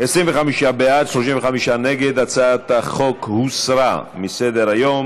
להעביר לוועדה את הצעת חוק שיפוט בענייני התרת